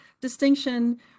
distinction